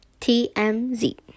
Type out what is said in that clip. TMZ